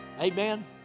amen